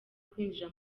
kwinjira